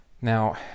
Now